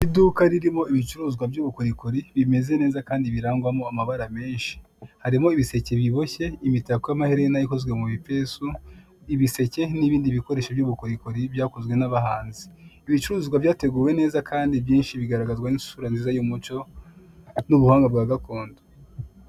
Iduka ririmo ibicuruzwa by'ubukorikori bimeze neza kandi birangwamo amabara menshi. Harimo ibiseke biboshye, imitako y'amaherena akozwe mu bipesu, ibiseke, n'ibindi bikoresho by'ubukorikori byakozwe n'abahanzi. Ibi bicuruzwa byateguwe neza kandi byinshi bigaragazwa n'isura nziza y'umuco n'ubuhanga bwa gakondo.